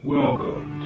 Welcome